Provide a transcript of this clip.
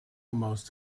most